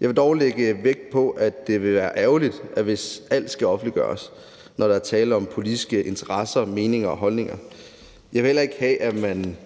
Jeg vil dog lægge vægt på, at det vil være ærgerligt, hvis alt skal offentliggøres, når der er tale om politiske interesser, meninger og holdninger. Jeg vil heller ikke have, at man